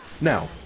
Now